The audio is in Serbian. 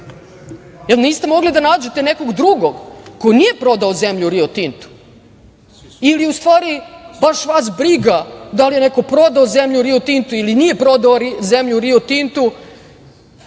Jel niste mogli da nađete nekog drugog ko nije prodao zemlju Rio Tintu ili, u stvari, baš vas briga da li je neko prodao zemlju Rio Tintu ili nije prodao zemlju Rio Tintu,